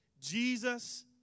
Jesus